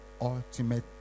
ultimate